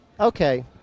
okay